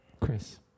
Chris